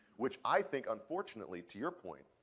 which i think, unfortunately, to your point,